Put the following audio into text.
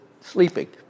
Sleeping